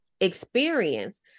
experience